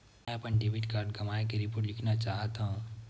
मेंहा अपन debit card गवाए के रिपोर्ट लिखना चाहत हव